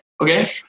Okay